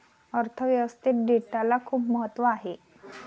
अर्थ व्यवस्थेत डेटाला खूप महत्त्व आहे